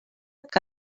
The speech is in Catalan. que